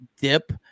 dip